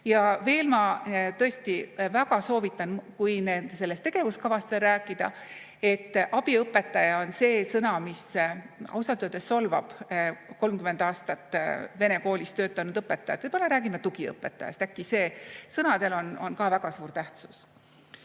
Ja veel ma tõesti väga soovitan, kui sellest tegevuskavast veel rääkida, siis "abiõpetaja" on see sõna, mis ausalt öeldes solvab 30 aastat vene koolis töötanud õpetajat. Võib-olla räägime tugiõpetajast, äkki see. Sõnadel on ka väga suur tähtsus.